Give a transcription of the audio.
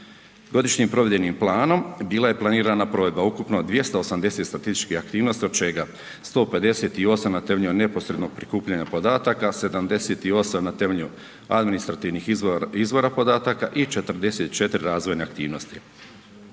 Godišnjim provedbenim planom bila je planirana provedba ukupno 280 statističkih aktivnosti od čega 158 na temelju neposrednog prikupljanja podataka, 78 na temelju administrativnih izvora podataka i 44 razvojne aktivnosti.